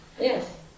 Yes